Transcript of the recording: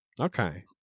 Okay